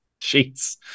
Jeez